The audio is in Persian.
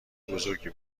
بزرگی